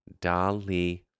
Dali